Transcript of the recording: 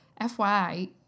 FYI